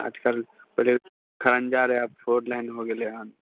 आठ साल पहिले खरञ्जा रहै आब फोर लाइन हो गेलै हन